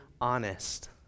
honest